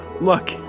Look